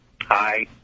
Hi